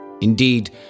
Indeed